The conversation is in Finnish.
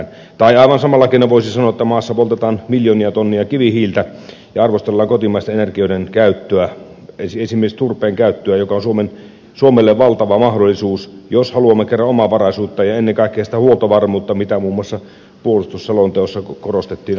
tai aivan samalla keinoin voisi sanoa että maassa poltetaan miljoonia tonneja kivihiiltä ja arvostellaan kotimaisten energioiden käyttöä esimerkiksi turpeen käyttöä joka on suomelle valtava mahdollisuus jos haluamme kerran omavaraisuutta ja ennen kaikkea sitä huoltovarmuutta mitä muun muassa puolustusselonteossa korostettiin aivan osuvasti